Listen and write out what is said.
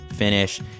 finish